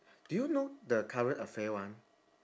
do you know the current affair one